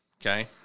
okay